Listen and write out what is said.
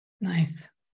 Nice